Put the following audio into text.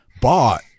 bought